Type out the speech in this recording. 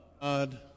God